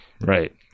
Right